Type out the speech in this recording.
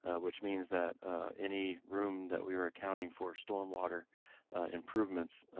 which means that any room that we are accounting for stormwater improvements,